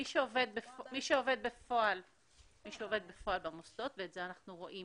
מי שעובד בפועל במוסדות, ואת זה אנחנו רואים